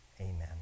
Amen